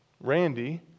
Randy